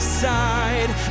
side